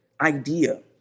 idea